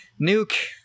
Nuke